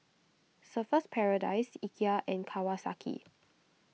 Surfer's Paradise Ikea and Kawasaki